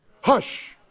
hush